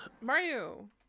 mario